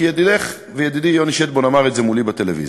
כי ידידך וידידי יוני שטבון אמר את זה מולי בטלוויזיה,